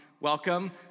welcome